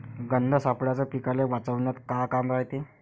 गंध सापळ्याचं पीकाले वाचवन्यात का काम रायते?